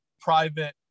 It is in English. private